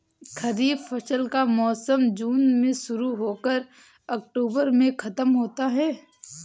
खरीफ फसल का मौसम जून में शुरू हो कर अक्टूबर में ख़त्म होता है